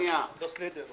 כן, שם ותפקיד.